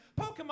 pokemon